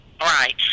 Right